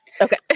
okay